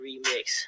Remix